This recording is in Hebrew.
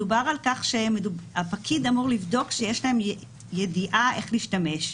מדובר על כך שהפקיד אמור לבדוק שיש להם ידיעה איך להשתמש.